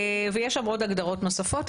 ויש שם עוד הגדרות נוספות.